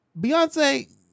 beyonce